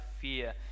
fear